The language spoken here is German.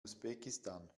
usbekistan